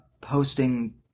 posting